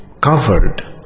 covered